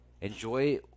Enjoy